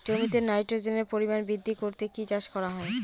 জমিতে নাইট্রোজেনের পরিমাণ বৃদ্ধি করতে কি চাষ করা হয়?